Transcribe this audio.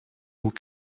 aux